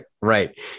Right